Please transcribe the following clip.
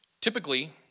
Typically